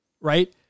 right